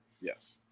Yes